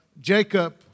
Jacob